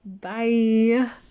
bye